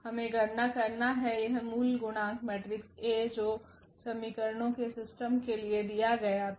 हमें गणना करना है यह मूल गुणांक मेट्रिक्स A जो समीकरणों सिस्टम के लिए दिया गया था